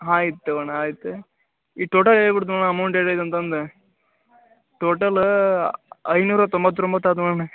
ಆಯಿತು ಅಣ್ಣ ಆಯಿತು ಈ ಟೋಟಲ್ ಹೇಳ್ಬಡ್ತೀನಣ್ಣ ಅಮೌಂಟ್ ಹೇಳಿಲ್ಲ ಅಂತಂದೆ ಟೋಟಲ್ಲ ಐನೂರ ತೊಂಬತ್ತ ತೊಂಬತ್ತು ಆದ್ವು ಅಣ್ಣ